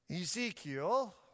Ezekiel